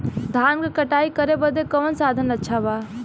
धान क कटाई करे बदे कवन साधन अच्छा बा?